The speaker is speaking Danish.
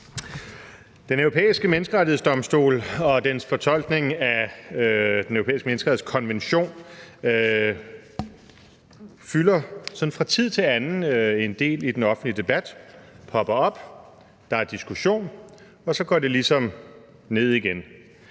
Den Europæiske Menneskerettighedsdomstol og dens fortolkning af Den Europæiske Menneskerettighedskonvention fylder sådan fra tid til anden en del i den offentlige debat – den popper op, der er diskussion, og så går det ligesom ned igen.